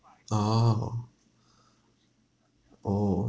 !ow! oh